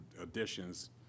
additions